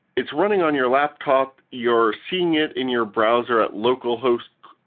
it's running on your laptop. you're seeing it in your browser at local host,